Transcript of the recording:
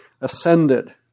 ascended